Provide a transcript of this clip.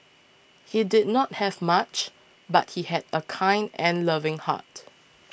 he did not have much but he had a kind and loving heart